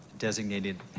designated